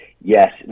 Yes